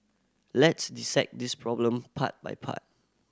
let's dissect this problem part by part